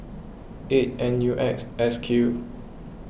eight N U X S Q